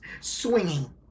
swinging